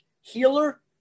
healer